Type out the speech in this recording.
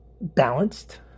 balanced